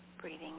Breathing